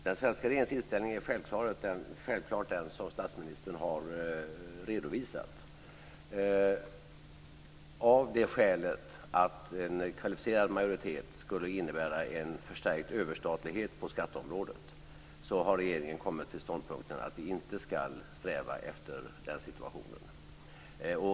Fru talman! Den svenska regeringens inställning är självklart den som statsministern har redovisat. Av det skälet att en kvalificerad majoritet skulle innebära en förstärkt överstatlighet på skatteområdet har regeringen kommit fram till ståndpunkten att vi inte ska sträva efter den situationen.